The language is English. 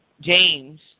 James